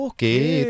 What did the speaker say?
Okay